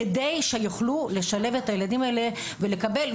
הרגיל כדי שיוכלו לשלב את הילדים האלה ולקבל.